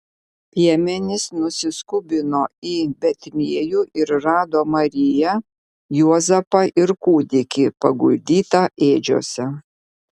piemenys nusiskubino į betliejų ir rado mariją juozapą ir kūdikį paguldytą ėdžiose